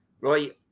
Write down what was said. right